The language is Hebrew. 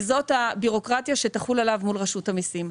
וזו הבירוקרטיה שתחול עליו מול רשות המסים.